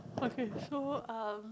okay so um